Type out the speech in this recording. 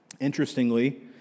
Interestingly